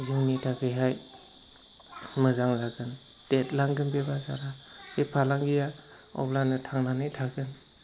जोंनि थाखाय मोजां रोखोम देरलांगोन बे बाजारा बे फालांगिया अब्लानो थांनानै थागोन